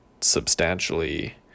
substantially